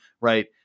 right